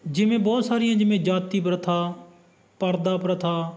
ਜਿਵੇਂ ਬਹੁਤ ਸਾਰੀਆਂ ਜਿਵੇਂ ਜਾਤੀ ਪ੍ਰਥਾ ਪਰਦਾ ਪ੍ਰਥਾ